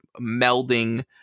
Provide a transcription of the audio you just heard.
melding